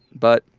but.